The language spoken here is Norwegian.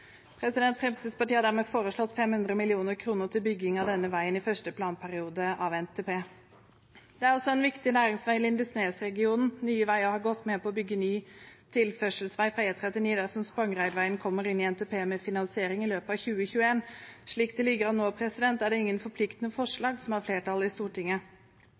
Fremskrittspartiet har derfor foreslått 500 mill. kr til bygging av denne veien i første planperiode av NTP. Det er også en viktig næringsvei i Lindesnesregionen. Nye Veier har gått med på å bygge ny tilførselsvei fra E39 dersom Spangereidveien kommer inn i NTP med finansiering i løpet av 2021. Slik det ligger an nå, er det ingen forpliktende forslag som har flertall i Stortinget.